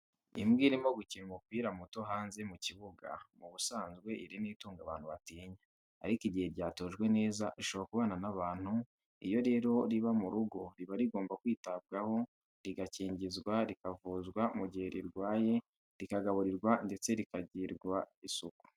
Imbwa irimo gukina umupira muto hanze mu kibuga, mu busanzwe iri ni itungo abantu batinya, ariko igihe ryatojwe neza rishobora kubana n'abantu, iyo rero riba mu rugo riba rigomba kwitabwaho rigakingizwa rikavuzwa mu gihe rirwaye rikagaburirwa ndetse rikagirirwa isuku.